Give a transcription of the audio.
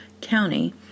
county